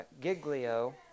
Giglio